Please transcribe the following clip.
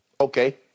okay